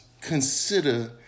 consider